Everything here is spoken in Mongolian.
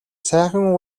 сайхан